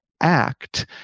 act